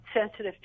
sensitive